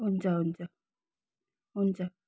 हुन्छ हुन्छ हुन्छ